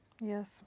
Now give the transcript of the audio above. Yes